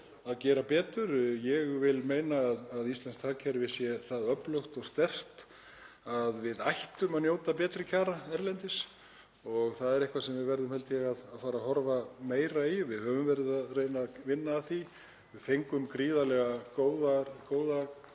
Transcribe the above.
að gera betur. Ég vil meina að íslenskt hagkerfi sé það öflugt og sterkt að við ættum að njóta betri kjara erlendis og það er eitthvað sem við verðum, held ég, að fara að horfa meira í. Við höfum verið að reyna að vinna að því. Við fengum gríðarlega góð